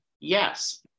yes